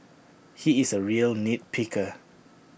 he is A real nit picker